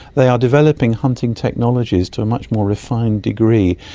they are developing hunting technologies to a much more refined degree,